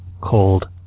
cold